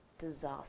disaster